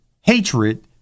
hatred